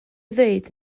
ddweud